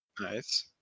Nice